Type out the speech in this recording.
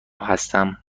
هستم